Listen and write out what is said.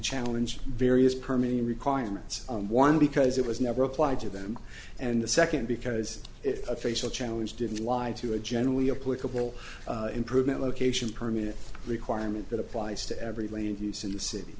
challenge various permian requirements on one because it was never applied to them and the second because if a facial challenge didn't lie to a generally a political improvement location permit requirement that applies to every land use in the city